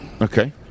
Okay